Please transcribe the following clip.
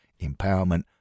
empowerment